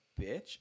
bitch